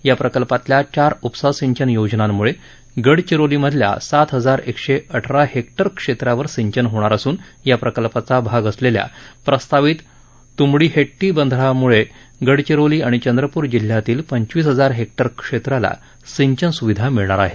या प्रकल्पातल्या चार उपसा सिंचन योजनांमुळं गडचिरोलीतील सात हजार एकशे अठरा हेक्टर क्षेत्रावर सिंचन होणार असून या प्रकल्पाचा भाग असलेल्या प्रस्तावित तुमडीहेड्डी बंधाऱ्यामुळं गडचिरोली आणि चंद्रपूर जिल्ह्यातील पंचवीस हजार हेक्टर क्षेत्राला सिंचन सुविधा मिळणार आहेत